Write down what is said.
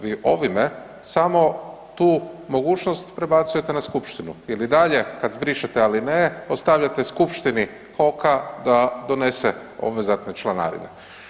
Vi ovime samo tu mogućnost prebacujete na skupštinu ili dalje kad zbrišete alineje ostavljate skupštini HOK-a da donese obvezatne članarine.